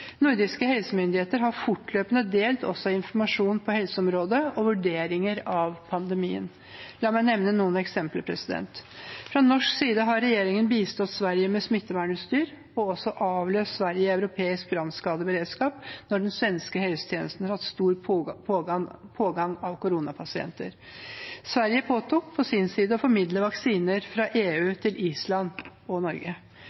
Nordiske helsemyndigheter har fortløpende også delt informasjon på helseområdet og vurderinger av pandemien. La meg nevne noen eksempler: Fra norsk side har regjeringen bistått Sverige med smittevernutstyr og også avløst Sverige i europeisk brannskadeberedskap når den svenske helsetjenesten har hatt stor pågang av koronapasienter. Sverige påtok seg på sin side å formidle vaksiner fra EU til Island og Norge.